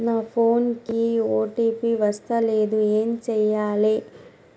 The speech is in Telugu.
నా ఫోన్ కి ఓ.టీ.పి వస్తలేదు ఏం చేయాలే?